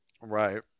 right